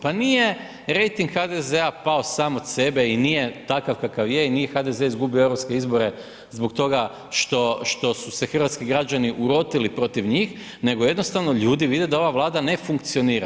Pa nije rejting HDZ-a pao sam od sebe i nije takav kakav je i nije HDZ izgubio EU izbore zbog toga što su se hrvatski građani urotili protiv njih nego jednostavno ljudi vide da ova Vlada ne funkcionira.